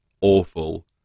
awful